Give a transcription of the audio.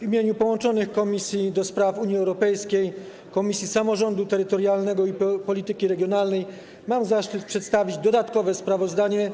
W imieniu połączonych komisji: Komisji do Spraw Unii Europejskiej i Komisji Samorządu Terytorialnego i Polityki Regionalnej mam zaszczyt przedstawić dodatkowe sprawozdanie